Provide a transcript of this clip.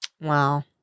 Wow